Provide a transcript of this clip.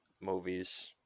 movies